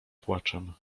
płaczem